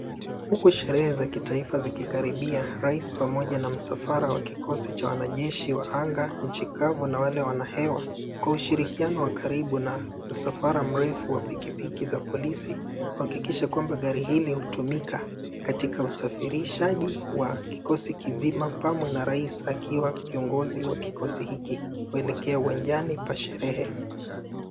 Huku sherehe za kitaifa zikikaribia, rais pamoja na msafara wa kikosi cha wanajeshi wa anga, inchi kavu na wale wana hewa, kwa ushirikiano wa karibu na msafara mrefu wa pikipiki za polisi huakikisha kwamba gari hili hutumika katika usafirishaji wa kikosi kizima mpamwe na rais akiwa kiongozi wa kikosi hiki huelekea uwanjani pa sherehe.